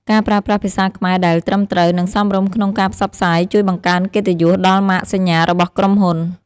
ការប្រើប្រាស់ភាសាខ្មែរដែលត្រឹមត្រូវ និងសមរម្យក្នុងការផ្សព្វផ្សាយជួយបង្កើនកិត្តិយសដល់ម៉ាកសញ្ញារបស់ក្រុមហ៊ុន។